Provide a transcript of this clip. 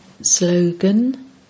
Slogan